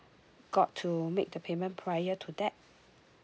got to make the payment prior to that